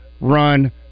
run